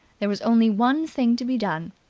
there was only one thing to be done.